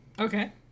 Okay